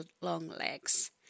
Longlegs